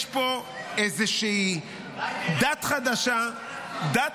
יש פה איזה דת חדשה --- תרד.